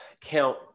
Count